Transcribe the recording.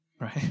Right